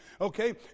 Okay